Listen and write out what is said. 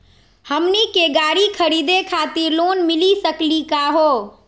हमनी के गाड़ी खरीदै खातिर लोन मिली सकली का हो?